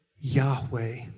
Yahweh